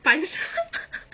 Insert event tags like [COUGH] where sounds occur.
punched [LAUGHS]